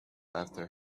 after